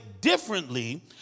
differently